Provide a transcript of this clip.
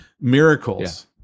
miracles